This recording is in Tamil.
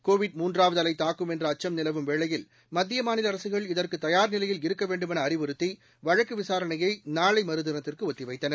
கோவிட் மூன்றாவது அலை தாக்கும் என்ற அச்சம் நிலவும் வேளையில் மத்திய மாநில அரசுகள் இதற்கு தயார்நிலையில் இருக்க வேண்டுமென அறிவுறுத்தி வழக்கு விசாரணையை நாளை மறுதினத்திற்கு ஒத்தி வைத்தனர்